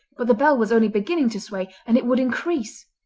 but the bell was only beginning to sway, and it would increase.